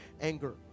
anger